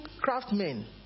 craftsmen